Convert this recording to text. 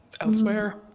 elsewhere